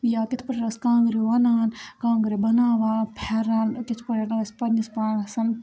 یا کِتھ پٲٹھۍ ٲسۍ کانٛگرِ ووٚنان کانٛگرِ بَناوان پھیٚرَن کِتھ پٲٹھۍ ٲسۍ پننِس پانَس